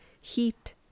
heat